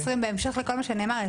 בהמשך לכל מה שנאמר,